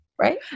Right